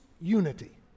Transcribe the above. unity